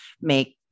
make